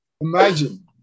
Imagine